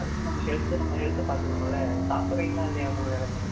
அதுக்கு நம்ம ஹெல்த் நம்ம ஹெல்த்தை பார்த்துக்கணுல சாப்புட்றீங்களா இல்லையா மூணு வேளையும்